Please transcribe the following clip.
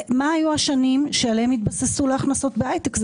מה היו השנים שעליהן התבססו להכנסות בהייטק.